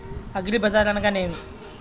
అగ్రిబజార్ అనగా నేమి?